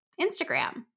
Instagram